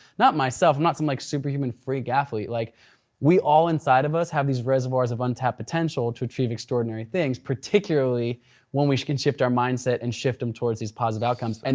not myself, i'm not some like superhuman freak athlete. like we all inside of us have these reservoirs of untapped potential to achieve extraordinary things, particularly when we can shift our mindset and shift them towards these positive outcomes. and